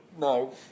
No